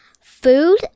Food